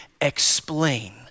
explain